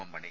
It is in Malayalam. എം മണി